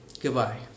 goodbye